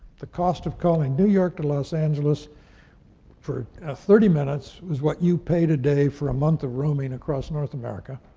the cost of calling new york to los angeles for thirty minutes was what you paid a day for a month of roaming across north america.